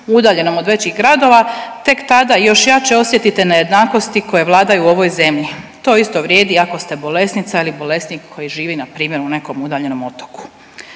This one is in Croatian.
udaljenom od većih gradova, tek tada još jače osjetite nejednakosti koje vladaju u ovoj zemlji. To isto vrijedi ako ste bolesnica ili bolesnik koji živi u nekom npr. u nekom udaljenom otoku.